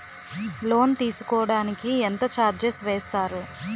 Loan తీసుకోడానికి ఎంత charges వేస్తారు?